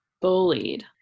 bullied